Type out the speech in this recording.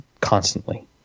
constantly